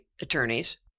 attorneys